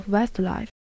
Westlife